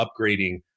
upgrading